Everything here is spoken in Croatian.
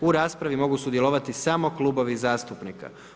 U raspravi mogu sudjelovati samo klubovi zastupnika.